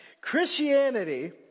Christianity